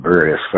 various